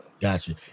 Gotcha